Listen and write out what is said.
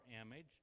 image